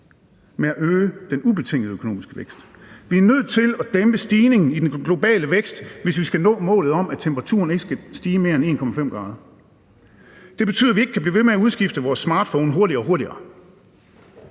med at øge den ubetingede økonomiske vækst. Vi er nødt til at dæmpe stigningen i den globale vækst, hvis vi skal nå målet om, at temperaturen ikke skal stige mere end 1,5 grader. Det betyder, at vi ikke kan blive ved med at udskifte vores smartphones hurtigere og hurtigere,